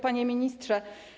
Panie Ministrze!